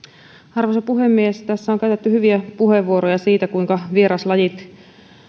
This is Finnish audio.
arvoisa puhemies tässä on käytetty hyviä puheenvuoroja siitä kuinka vieraslajit